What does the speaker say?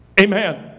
Amen